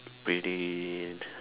pretty